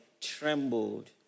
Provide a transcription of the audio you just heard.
trembled